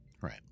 Right